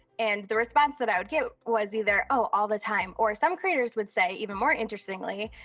and the response that i would get was either, oh, all the time. or some creators would say, even more interestingly,